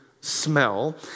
smell